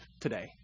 today